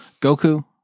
Goku